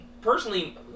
personally